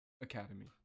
academy